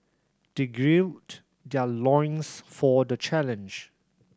they gird their loins for the challenge